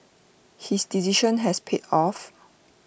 his decision has paid off